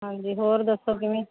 ਹਾਂਜੀ ਹੋਰ ਦੱਸੋ ਕਿਵੇਂ